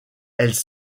elle